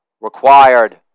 required